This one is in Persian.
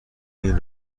این